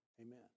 Amen